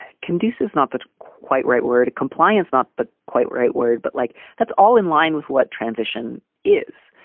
conducive, is not that quite right word compliance, not the quite right word, but like that's all in line with what transition is.